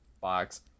box